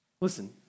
Listen